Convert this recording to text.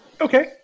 Okay